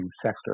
sector